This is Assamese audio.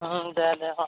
অঁ দে দে দে অঁ